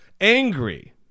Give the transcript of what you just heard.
Angry